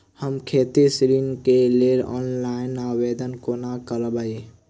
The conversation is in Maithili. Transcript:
हम खेती ऋण केँ लेल ऑनलाइन आवेदन कोना करबै?